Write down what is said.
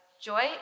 joy